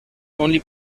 only